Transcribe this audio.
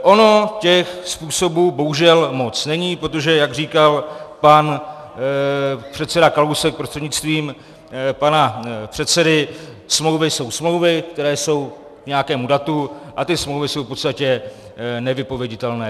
Ono těch způsobů bohužel moc není, protože jak říkal pan předseda Kalousek prostřednictvím pana předsedy, smlouvy jsou smlouvy, které jsou k nějakému datu, a ty smlouvy jsou v podstatě nevypověditelné.